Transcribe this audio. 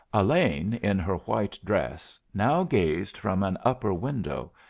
elaine in her white dress now gazed from an upper window,